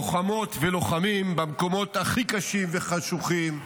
לוחמות ולוחמים במקומות הכי קשים וחשוכים.